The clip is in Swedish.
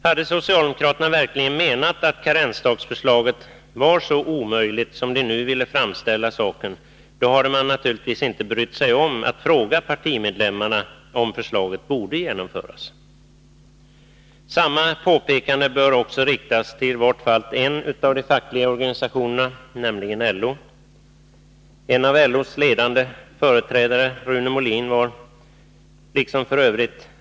Hade socialdemokraterna verkligen menat att karensdagsförslaget var så omöjligt som de nu vill framställa saken, då hade man naturligtvis inte brytt sig om att fråga partimedlemmarna om förslaget borde genomföras. Samma påpekande bör också riktas till i vart fall en av de fackliga organisationerna, nämligen LO. En av LO:s ledande företrädare, Rune Molin, var liksom f.ö.